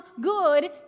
good